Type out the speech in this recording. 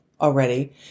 already